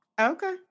Okay